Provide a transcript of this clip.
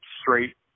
straight